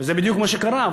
וזה בדיוק מה שקרה.